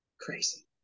Crazy